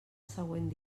següent